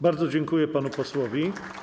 Bardzo dziękuję panu posłowi.